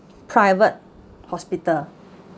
private hospital